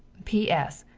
p s.